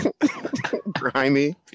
grimy